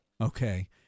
Okay